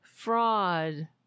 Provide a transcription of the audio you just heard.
Fraud